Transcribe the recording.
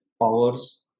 powers